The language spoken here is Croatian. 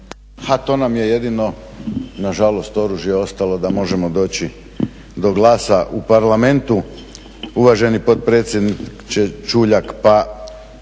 to nam je jedino nažalost oružje ostalo da možemo doći do glasa u Parlamentu uvaženi potpredsjedniče Čuljak.